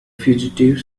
fugitive